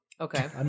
Okay